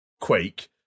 Quake